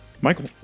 Michael